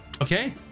Okay